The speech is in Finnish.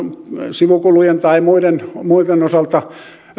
sivukulujen tai muiden muiden osalta